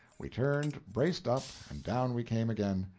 we turned, braced up, and down we came again.